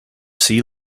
sea